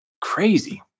crazy